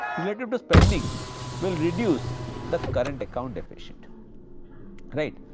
related to spending will reduce the current account deficit right.